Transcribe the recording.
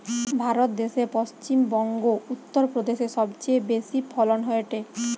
ভারত দ্যাশে পশ্চিম বংগো, উত্তর প্রদেশে সবচেয়ে বেশি ফলন হয়টে